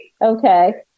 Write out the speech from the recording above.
Okay